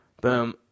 Boom